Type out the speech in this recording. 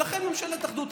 ולכן ממשלת אחדות,